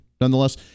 nonetheless